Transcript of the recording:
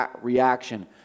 reaction